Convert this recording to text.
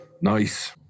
Nice